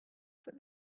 that